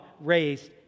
raised